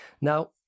Now